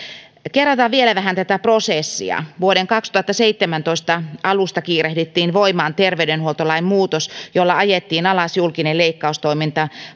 kerrataan vielä vähän tätä prosessia vuoden kaksituhattaseitsemäntoista alusta kiirehdittiin voimaan terveydenhuoltolain muutos jolla ajettiin alas julkinen leikkaustoiminta